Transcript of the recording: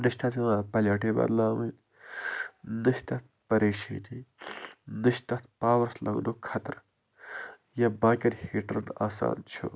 نہٕ چھِ تتھ پٮ۪وان پلیٹٕے بدٕلاوٕنۍ نہٕ چھِ تتھ پریشٲنی نہٕ چھِ تتھ پاوَرَس لَگٕنُک خطرٕ یہِ باقِیَن ہیٖٹرن آسان چھُ